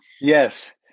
Yes